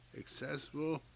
accessible